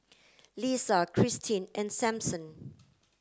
Leesa Cristine and Sampson